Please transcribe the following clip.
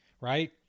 right